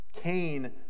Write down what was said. cain